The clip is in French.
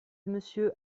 monsieur